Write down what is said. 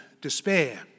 despair